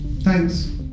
thanks